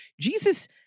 Jesus